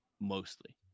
mostly